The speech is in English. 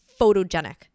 photogenic